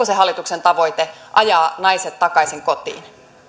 se onko hallituksen tavoite ajaa naiset takaisin kotiin